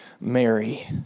Mary